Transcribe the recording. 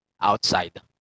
outside